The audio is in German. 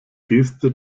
geste